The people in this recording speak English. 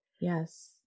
yes